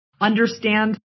understand